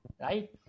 right